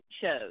shows